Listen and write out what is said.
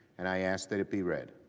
and i ask that it be read.